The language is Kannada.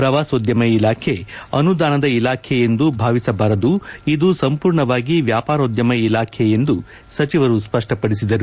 ಪ್ರವಾಸೋದ್ಯಮ ಇಲಾಖೆ ಅನುದಾನದ ಇಲಾಖೆ ಎಂದು ಭಾವಿಸಬಾರದು ಇದು ಸಂಪೂರ್ಣವಾಗಿ ವ್ಯಾಪಾರೋದ್ಯಮ ಇಲಾಖೆ ಎಂದು ಸಚಿವರು ಸ್ಪಷ್ಟಪಡಿಸಿದರು